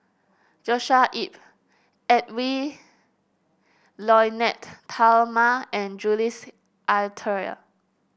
Joshua Ip Edwy Lyonet Talma and Jules Itier